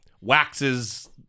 waxes